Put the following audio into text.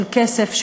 של כסף,